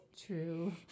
True